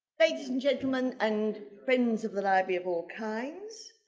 ladies and gentlemen and friends of the library of all kinds!